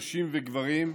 נשים וגברים,